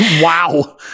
Wow